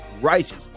righteous